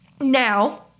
now